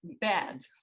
bad